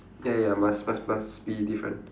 ya ya ya must must must be different